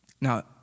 Now